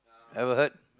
ever heard